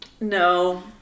No